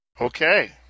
Okay